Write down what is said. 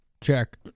Check